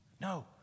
No